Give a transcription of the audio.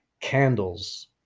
candles